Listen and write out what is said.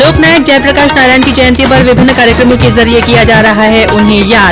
लोकनायक जयप्रकाश नारायण की जयंती पर विभिन्न कार्यक्रमों के जरिये किया जा रहा है उन्हें याद